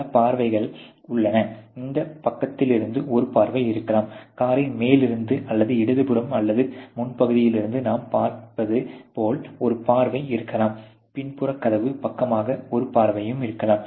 பல பார்வைகள் உள்ளன இந்த பக்கத்திலிருந்து ஒரு பார்வை இருக்கலாம் காரின் மேலிருந்து அல்லது இடதுபுறம் அல்லது முன்பகுதியில் இருந்து நாம் பார்ப்பது போல் ஒரு பார்வை இருக்கலாம் பின்புற கதவு பக்கமாக ஒரு பார்வையும் இருக்கலாம்